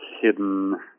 hidden